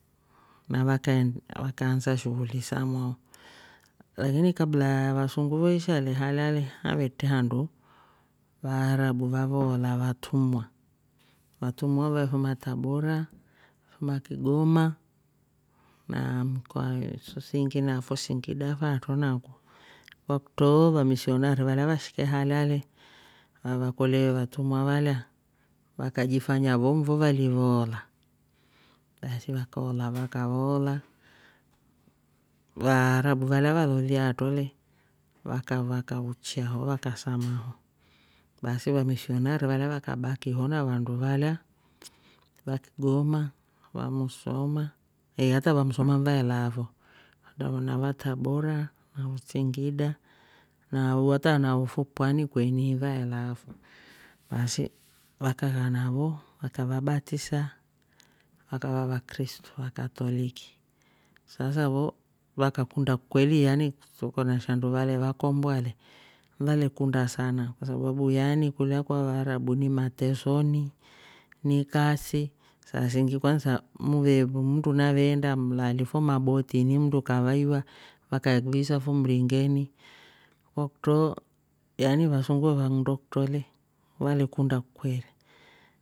Na vakae- vaka ansa shughuli sa mwao. lakini kablaa ya vasungu vo isha le halya le havetre handu vaarabu vavoola watumwa vatumwa vo ve fuma tabora. ve fuma kigoma naa mkoa so siingi na fo singida fatroo naku. kwakutro vamisionari valya vashike halya le vavakolye vatwumwa valya vakajifanya vo nvo vali voola. baasi vakavoola(voices). vaarabu valya valolye atro le vaka- vaka uchiyaa ho vakasamia (voices) baasi vamisionaari valya vakabaki na vandu valya va kigoma. va musoma. eeh hata va musoma vaelaafo na va tabora na usingida naa nawafo pwani kweni vaelaafo baasi vakarana vo vakavabatisa vakava vakristu vakatoliki sasa vo vakakunda kweli yani- so kolya na shandu vale vakomboa le valekunda sana. kwasabu yaani kulya kwa vaarabu ni matesoni ni kasi saa singi kwansa muve- mndu naveenda mlaali fo mabootini mndu kavaiywa wakaekviisa fo mringeni. kwakutro yaani vasungu vo vanndo kutro valekunda kweli